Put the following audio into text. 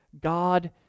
God